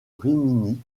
rimini